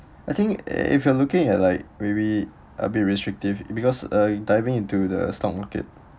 I think if you're looking at like maybe a bit restrictive because uh diving into the stock market